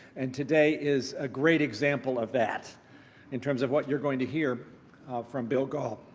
and today is a great example of that in terms of what you're going to hear from bill gahl,